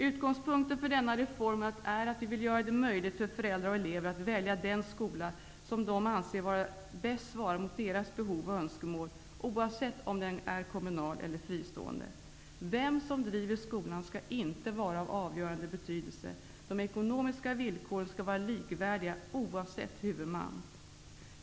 Utgångspunkten för denna reform är att vi vill göra det möjligt för föräldrar och elever att välja den skola som de bäst anser svara mot deras behov och önskemål, oavsett om den är kommunal eller fristående. Vem som driver skolan skall inte vara av avgörande betydelse. De ekonomiska villkoren skall vara likvärdiga oavsett huvudman.